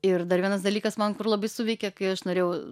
ir dar vienas dalykas man kur labai suveikė kai aš norėjau